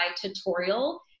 tutorial